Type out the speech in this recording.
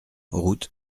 route